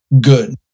good